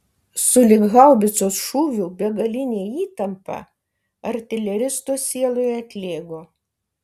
sulig haubicos šūviu begalinė įtampa artileristo sieloje atlėgo